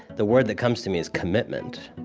the word that comes to me is commitment.